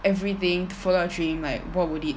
everything to follow your dream like what would it